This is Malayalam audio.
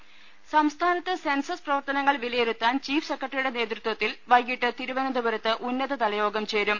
ദരദ സംസ്ഥാനത്ത് സെൻസസ് പ്രവർത്തനങ്ങൾ വിലയിരുത്താൻ ചീഫ് സെക്രട്ടറിയുടെ നേതൃത്വത്തിൽ വൈകീട്ട് തിരുവനന്തപുരത്ത് ഉന്നതതല യോഗം ചേരും